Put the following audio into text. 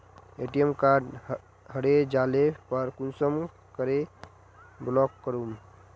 ATM card हरे जाले पर कुंसम के ब्लॉक करूम?